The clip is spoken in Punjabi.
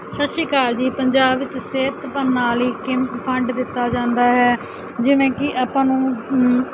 ਸਤਿ ਸ਼੍ਰੀ ਅਕਾਲ ਜੀ ਪੰਜਾਬ ਵਿੱਚ ਸਿਹਤ ਪ੍ਰਣਾਲੀ ਫੰਡ ਦਿੱਤਾ ਜਾਂਦਾ ਹੈ ਜਿਵੇਂ ਕੀ ਆਪਾਂ ਨੂੰ